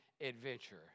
adventure